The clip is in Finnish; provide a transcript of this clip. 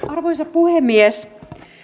arvoisa puhemies